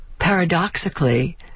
paradoxically